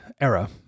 era